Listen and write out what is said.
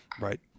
right